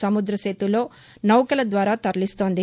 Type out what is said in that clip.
సముద్ర సేతులో నౌకల ద్వారా తరలిస్తోంది